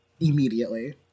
Immediately